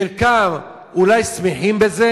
חלקם אולי שמחים בזה,